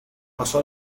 pasó